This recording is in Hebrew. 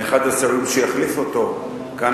מאחד השרים שיחליף אותו כאן,